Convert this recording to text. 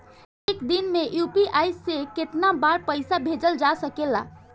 एक दिन में यू.पी.आई से केतना बार पइसा भेजल जा सकेला?